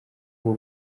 bwo